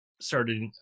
started